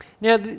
Now